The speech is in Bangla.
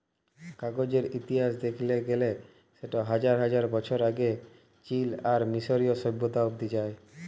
কাগজের ইতিহাস দ্যাখতে গ্যালে সেট হাজার হাজার বছর আগে চীল আর মিশরীয় সভ্যতা অব্দি যায়